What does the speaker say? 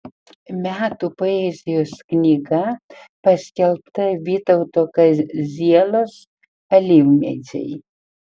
metų poezijos knyga paskelbta vytauto kazielos alyvmedžiai